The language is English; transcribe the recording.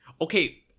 Okay